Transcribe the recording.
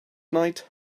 night